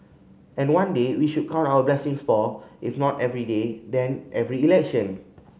and one day we should count our blessings for if not every day then every election